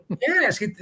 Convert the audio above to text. Yes